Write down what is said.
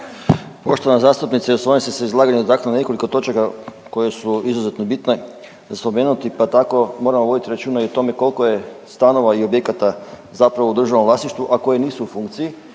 Poštovana zastupnice u svojem ste se izlaganju dotaknuli nekoliko točaka koje su izuzetno bitne za spomenuti, pa tako moramo voditi računa i o tome koliko je stanova i objekata zapravo u državnom vlasništvu, a koje nisu u funkciji